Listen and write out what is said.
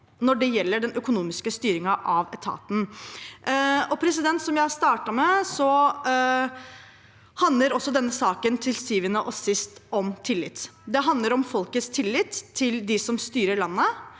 når det gjelder den økonomiske styringen av etaten. Som jeg startet med, handler denne saken til syvende og sist om tillit. Det handler om folkets tillit til dem som styrer landet,